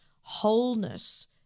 wholeness